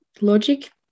logic